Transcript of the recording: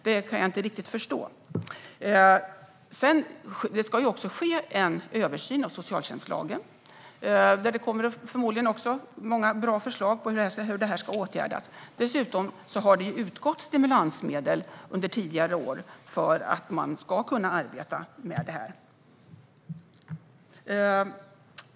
Det ska ske en översyn av socialtjänstlagen, där det förmodligen kommer att läggas fram många bra förslag på hur detta ska åtgärdas. Dessutom har det under tidigare år utgått stimulansmedel för att man ska kunna arbeta med det här.